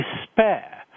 despair